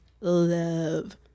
love